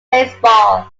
baseball